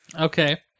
Okay